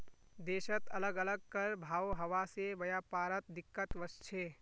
देशत अलग अलग कर भाव हवा से व्यापारत दिक्कत वस्छे